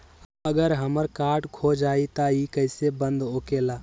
अगर हमर कार्ड खो जाई त इ कईसे बंद होकेला?